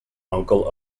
uncle